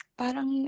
parang